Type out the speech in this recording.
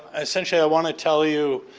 essentially i want to tell you